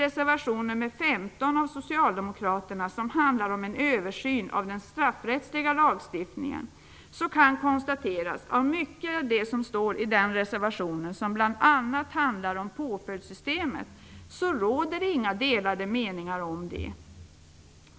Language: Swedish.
Reservation 15 av Socialdemokraterna handlar om en översyn av den straffrättsliga lagstiftningen. Mycket av det som står i reservationen som bl.a. handlar om påföljdssystemet råder det inga delade meningar om.